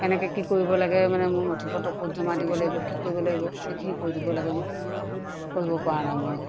কেনেকৈ কি কৰিব লাগে মানে মোৰ নথি পত্ৰ ক'ত জমা দিব লাগিব কি কৰিব লাগিব সেইখিনি কৈ দিব লাগে মোক কৰিব পৰা নাই মই